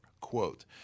Quote